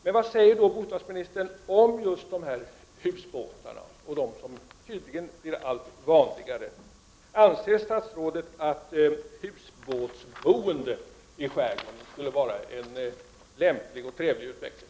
Men vad säger då bostadsministern om just husbåtarna, som tydligen blir allt vanligare? Anser statsrådet att husbåtsboende i skärgården skulle vara en lämplig och trevlig utveckling?